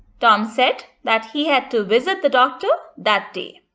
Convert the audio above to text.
tom said that he had to visit the doctor that day.